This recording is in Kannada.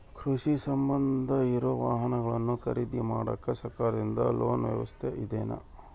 ಕೃಷಿಗೆ ಸಂಬಂಧ ಇರೊ ವಾಹನಗಳನ್ನು ಖರೇದಿ ಮಾಡಾಕ ಸರಕಾರದಿಂದ ಲೋನ್ ವ್ಯವಸ್ಥೆ ಇದೆನಾ?